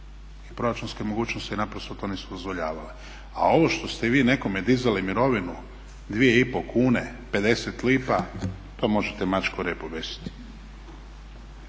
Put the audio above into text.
i proračunske mogućnosti naprosto to nisu dozvoljavale. A ovo što ste vi nekome dizali mirovinu 2,5 kune, 50 lipa to možete mačku o rep objesiti.